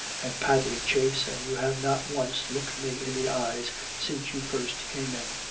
and padley chase, and you have not once looked me in the eyes since you first came in.